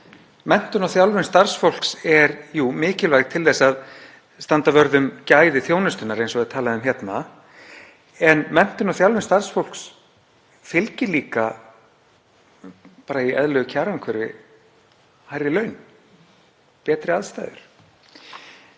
Menntun og þjálfun starfsfólks er jú mikilvæg til að standa vörð um gæði þjónustunnar, eins og er talað um hérna, en menntun og þjálfun starfsfólks fylgja líka, bara í eðlilegu kjaraumhverfi, hærri laun og betri aðstæður.